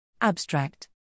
Abstract